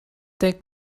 think